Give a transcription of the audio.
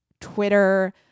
Twitter